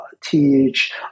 teach